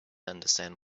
understand